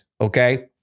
okay